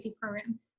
program